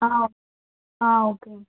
okay అండి